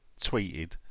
tweeted